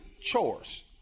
Chores